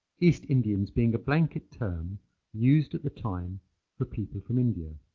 east indians being a blanket term used at the time for people from india.